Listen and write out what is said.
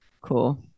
Cool